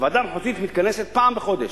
הוועדה המחוזית מתכנסת פעם בחודש.